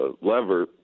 lever